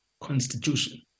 constitution